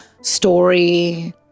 story